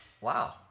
wow